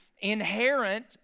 inherent